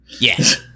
Yes